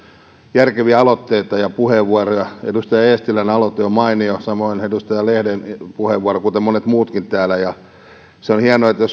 järkeviä aloitteita ja puheenvuoroja edustaja eestilän aloite on mainio samoin edustaja lehden puheenvuoro kuten monet muutkin täällä on hienoa